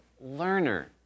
learner